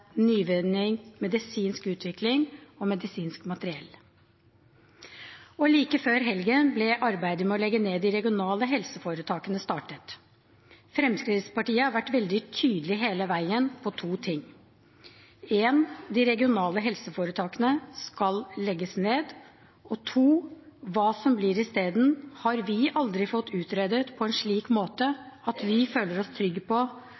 nyvinning, medisinsk utvikling og medisinsk materiell? Like før helgen ble arbeidet med å legge ned de regionale helseforetakene startet. Fremskrittspartiet har vært veldig tydelig hele veien på to ting: De regionale helseforetakene skal legges ned. Hva som blir isteden, har vi aldri fått utredet på en slik måte at vi føler oss trygge på